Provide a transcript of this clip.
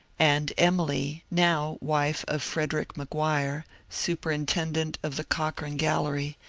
and emily, now wife of frederick mcguire, superintendent of the corcoran gallery,